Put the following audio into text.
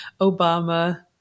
Obama